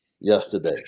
yesterday